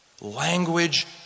Language